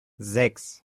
sechs